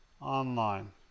online